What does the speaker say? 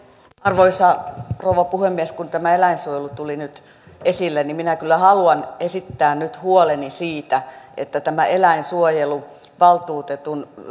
arvoisa rouva puhemies kun tämä eläinsuojelu tuli nyt esille niin minä kyllä haluan esittää nyt huoleni siitä että eläinsuojeluvaltuutetun